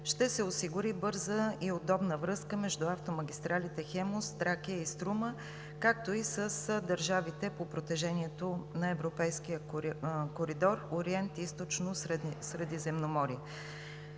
ще се осигури бърза и удобна връзка между автомагистралите „Хемус“, „Тракия“ и „Струма“, както и с държавите по протежението на Европейския коридор Ориент – Източно Средиземноморие.